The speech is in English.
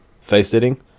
face-sitting